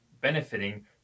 benefiting